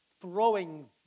throwing